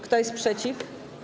Kto jest przeciw?